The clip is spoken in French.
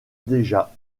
déjà